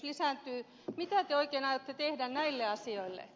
mitä te oikein aiotte tehdä näille asioille